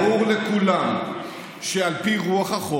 ברור לכולם שעל פי רוח החוק